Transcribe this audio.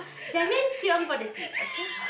chiong for the seats okay